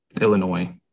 Illinois